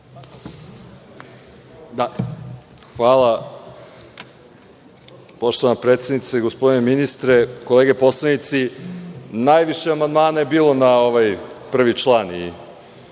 Hvala. Poštovana predsednice, gospodine ministre, kolege poslanici, najviše amandmana je bilo na ovaj prvi član.